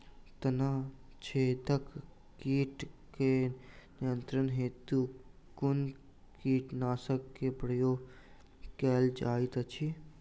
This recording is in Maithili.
तना छेदक कीट केँ नियंत्रण हेतु कुन कीटनासक केँ प्रयोग कैल जाइत अछि?